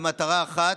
ובמטרה אחת,